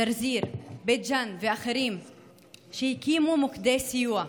זרזיר, בית ג'ן ואחרים הקימו מוקדי סיוע.